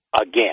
again